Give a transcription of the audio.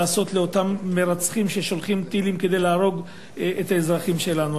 לעשות לאותם מרצחים ששולחים טילים כדי להרוג את האזרחים שלנו.